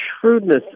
shrewdness